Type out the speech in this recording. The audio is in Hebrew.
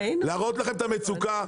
להראות לכם את המצוקה,